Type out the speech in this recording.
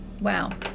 Wow